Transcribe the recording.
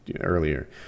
earlier